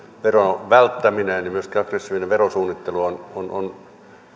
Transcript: veron välttäminen ja myös aggressiivinen verosuunnittelu on